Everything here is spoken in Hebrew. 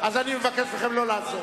אז אני מבקש מכם לא לעזור.